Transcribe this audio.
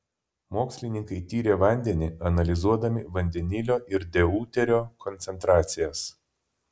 mokslininkai tyrė vandenį analizuodami vandenilio ir deuterio koncentracijas